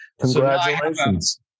Congratulations